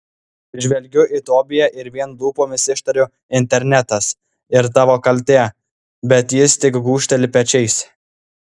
žvelgiu į tobiją ir vien lūpomis ištariu internetas ir tavo kaltė bet jis tik gūžteli pečiais